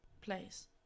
place